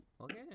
Okay